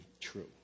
true